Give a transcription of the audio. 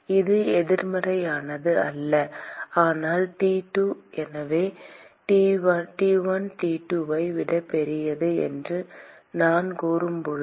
இது எதிர்மறையானது அல்ல ஆனால் T2 எனவே T1 T2 ஐ விட பெரியது என்று நான் கூறும்போது